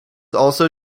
also